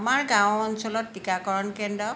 আমাৰ গাঁও অঞ্চলত টীকাকৰণ কেন্দ্ৰ